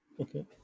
Okay